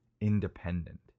independent